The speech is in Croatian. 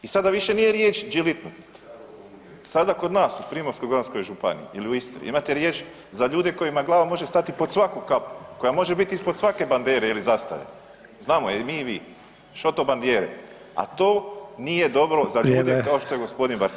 I sada više nije riječ džilitnut, sada kod nas u Primorsko-goranskoj županiji ili u Istri imate riječ za ljude kojima glava može stati pod svaku kapu, koja može bit ispod svake bandere ili zastave, znamo je i mi i vi „šoto bandijere“, a to nije dobro za ljude [[Upadica: Vrijeme]] kao što je g. Bartulica.